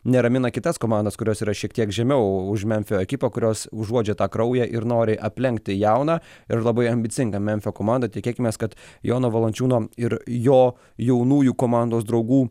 neramina kitas komandas kurios yra šiek tiek žemiau už memfio ekipą kurios užuodžia tą kraują ir nori aplenkti jauną ir labai ambicingą memfio komandą tikėkimės kad jono valančiūno ir jo jaunųjų komandos draugų